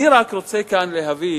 אני רק רוצה כאן להביא